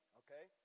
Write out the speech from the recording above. okay